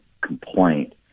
complaint